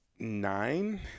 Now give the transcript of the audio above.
nine